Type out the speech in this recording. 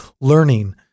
learning